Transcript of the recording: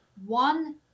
One